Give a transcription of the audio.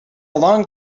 long